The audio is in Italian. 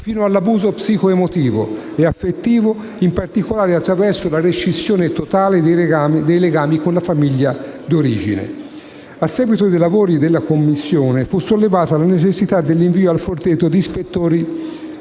fino all'abuso psicoemotivo e affettivo, in particolare attraverso la rescissione totale dei legami con la famiglia di origine. A seguito dei lavori della Commissione fu sollevata la necessità dell'invio al Forteto di ispettori